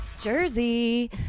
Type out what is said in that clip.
Jersey